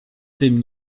tym